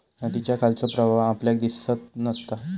नदीच्या खालचो प्रवाह आपल्याक दिसत नसता